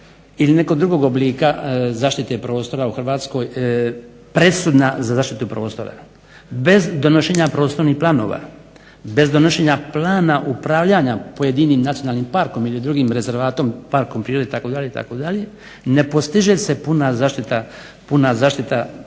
ili nekog drugog oblika zaštite prostora u Hrvatskoj presudna za zaštitu prostora. Bez donošenja prostornih planova, bez donošenja plana upravljanja pojedinim nacionalnim parkom ili drugim rezervatom, parkom prirode itd., itd. ne postiže se puna zaštita tog prostora